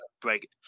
break